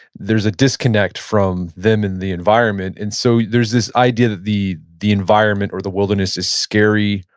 there's a disconnect from them and the environment, and so there's this idea that the the environment or the wilderness is scary,